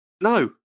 No